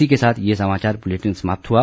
इसी के साथ ये समाचार बुलेटिन समाप्त हुआ